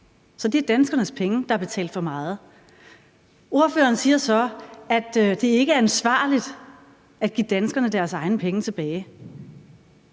Så det er danskernes penge, der er betalt for meget. Ordføreren siger så, at det ikke er ansvarligt at give danskerne deres egne penge tilbage.